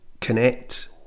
connect